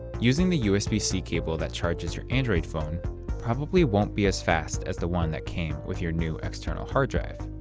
using the usb-c cable that charges your android phone probably won't be as fast as the one that came with your new external hard drive.